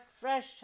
fresh